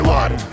one